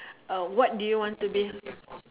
a what do you want to be